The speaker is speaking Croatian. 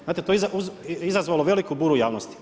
Znate to je izazvalo veliku buru javnosti.